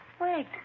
Wait